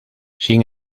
sin